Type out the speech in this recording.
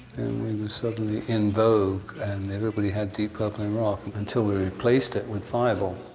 we were suddenly in vogue and everybody had deep purple in rock until we replaced it with fireball.